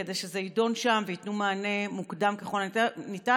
כדי שזה יידון שם וייתנו מענה מוקדם ככל הניתן.